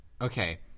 Okay